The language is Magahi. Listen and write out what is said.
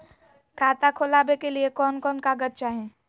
खाता खोलाबे के लिए कौन कौन कागज चाही?